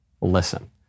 Listen